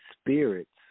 spirits